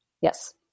Yes